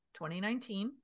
2019